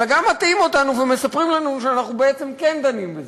אלא גם מטעים אותנו ומספרים לנו שאנחנו בעצם כן דנים בזה.